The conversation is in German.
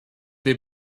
wir